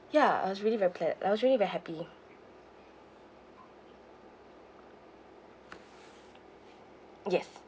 ya I was really I was really very happy yes